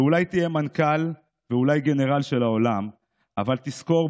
/ ואולי תהיה מנכ"ל ואולי גנרל של העולם / אבל תזכור,